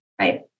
right